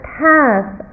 path